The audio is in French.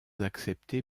acceptée